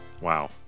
Wow